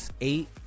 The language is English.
eight